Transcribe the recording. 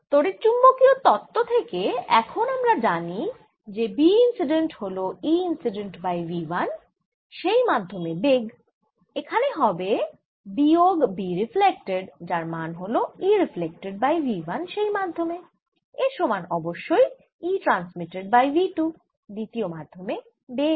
তড়িৎচুম্বকীয় তত্ত্ব থেকে এখন আমরা জানি যে B ইন্সিডেন্ট হল E ইন্সিডেন্ট বাই v 1 সেই মাধ্যমে বেগ এখানে হবে বিয়োগ B রিফ্লেক্টেড যার মান হল E রিফ্লেক্টেড বাই v 1 সেই মাধ্যমে এর সমান অবশ্যই E ট্রান্সমিটেড বাই v 2 দ্বিতীয় মাধ্যমে বেগ